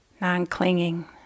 non-clinging